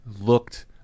looked